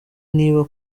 niba